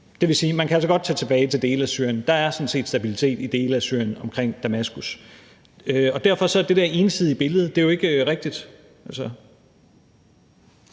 Det vil sige, at man altså godt kan tage tilbage til dele af Syrien. Der er sådan set stabilitet i dele af Syrien omkring Damaskus. Derfor er det der ensidige billede, der bliver